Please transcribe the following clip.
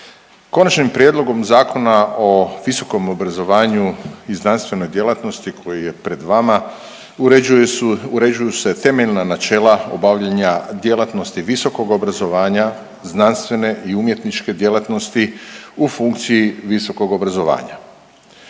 Konačnim prijedlogom Zakona o visokom obrazovanju i znanstvenoj djelatnosti koji je pred vama uređuju se temeljna načela obavljanja djelatnosti visokog obrazovanja, znanstvene i umjetničke djelatnosti u funkciji visokog obrazovanja.